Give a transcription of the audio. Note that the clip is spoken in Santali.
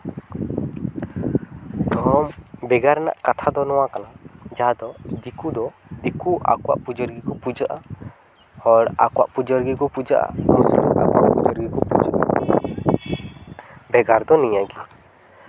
ᱫᱷᱚᱨᱚᱢ ᱵᱮᱜᱟᱨ ᱨᱮᱱᱟᱜ ᱠᱟᱛᱷᱟ ᱫᱚ ᱱᱚᱣᱟ ᱠᱟᱱᱟ ᱡᱟᱦᱟᱸ ᱫᱚ ᱫᱤᱠᱩ ᱫᱚ ᱫᱤᱠᱩ ᱟᱠᱚᱣᱟᱜ ᱯᱩᱡᱟᱹ ᱨᱮᱜᱮ ᱠᱚ ᱯᱩᱡᱟᱹᱜᱼᱟ ᱦᱚᱲ ᱟᱠᱚᱣᱟᱜ ᱯᱩᱡᱟᱹ ᱨᱮᱜᱮ ᱠᱚ ᱯᱩᱡᱟᱹᱜᱼᱟ ᱡᱚᱛᱚᱦᱚᱲ ᱜᱮ ᱟᱠᱚᱣᱟᱜ ᱯᱩᱡᱟᱹ ᱨᱮᱜᱮ ᱠᱚ ᱯᱩᱡᱟᱹᱜᱼᱟ ᱵᱷᱮᱜᱟᱨ ᱫᱚ ᱱᱤᱭᱟᱹ ᱜᱮ